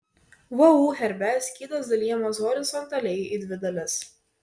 vu herbe skydas dalijamas horizontaliai į dvi dalis